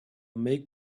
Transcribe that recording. make